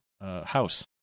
house